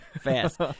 fast